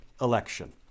election